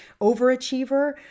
overachiever